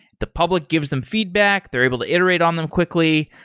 the public gives them feedback. they're able to iterate on them quickly.